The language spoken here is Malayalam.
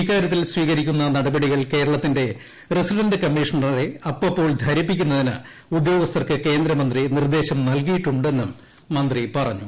ഇക്കാരൃത്തിൽ സ്വീകരിക്കുന്ന നടപടികൾ കേരളത്തിന്റെ റസിഡന്റ് കമ്മീഷണറെ അപ്പപ്പോൾ ധരിപ്പിക്കുന്നതിന് ഉദ്യോഗസ്ഥർക്ക് കേന്ദ്രമന്ത്രി നിർദ്ദേശം നൽകിയിട്ടുണ്ടെന്നും മന്ത്രി പറഞ്ഞു